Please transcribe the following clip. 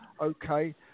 okay